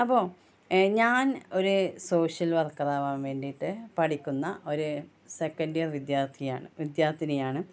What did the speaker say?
അപ്പോള് ഞാൻ ഒരു സോഷ്യൽ വർക്കറാവാൻ വേണ്ടിയിട്ട് പഠിക്കുന്ന ഒരു സെക്കന്റ് ഇയർ വിദ്യാർത്ഥിയാണ് വിദ്യാർത്ഥിനിയാണ്